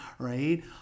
Right